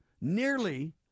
nearly